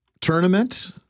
tournament